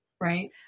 right